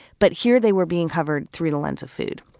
but here they were being covered through the lens of food